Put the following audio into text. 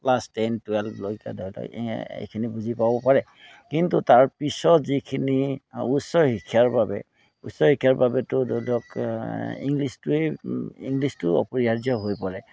class ten টুৱেলভলৈকে ধৰি লওক এই এইখিনি বুজি পাব পাৰে কিন্তু তাৰপিছত যিখিনি উচ্চ শিক্ষাৰ বাবে উচ্চ শিক্ষাৰ বাবেতো ধৰি লওক ইংলিছটোৱেই ইংলিছটো অপৰিহাৰ্য হৈ পৰে